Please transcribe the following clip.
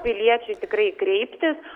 piliečiui tikrai kreiptis